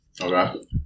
Okay